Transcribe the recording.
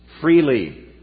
freely